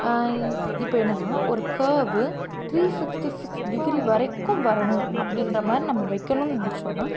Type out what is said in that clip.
இப்போ என்னென்னா ஒரு curve three sixty six degree வரைக்கும் வரணும் அப்படின்றமாரி நம்ம வைக்கணும்னு நினச்சோன்னா